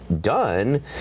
done